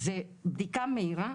זה בדיקה מהירה.